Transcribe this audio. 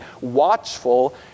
watchful